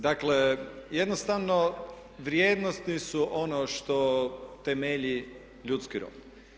Dakle, jednostavno vrijednosti su ono što temelji ljudski rod.